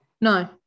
no